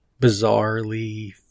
bizarrely